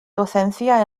docencia